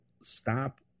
stop